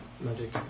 magic